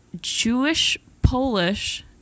Jewish-Polish